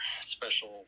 special